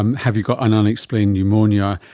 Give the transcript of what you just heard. um have you got an unexplained pneumonia,